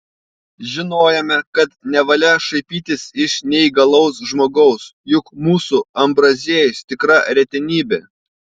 žinojome kad nevalia šaipytis iš neįgalaus žmogaus juk mūsų ambraziejus tikra retenybė